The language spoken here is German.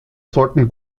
sollten